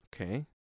Okay